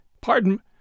Pardon